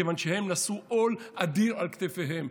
כיוון שהם נשאו עול אדיר על כתפיהם,